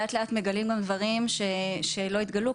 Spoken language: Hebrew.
לאט לאט מגלים גם דברים שלא התגלו,